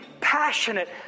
passionate